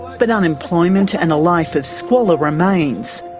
but unemployment and a life of squalor remains,